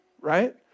right